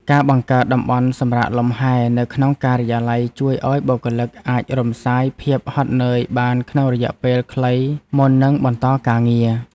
ការបង្កើតតំបន់សម្រាកលម្ហែនៅក្នុងការិយាល័យជួយឱ្យបុគ្គលិកអាចរំសាយភាពហត់នឿយបានក្នុងរយៈពេលខ្លីមុននឹងបន្តការងារ។